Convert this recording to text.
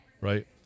right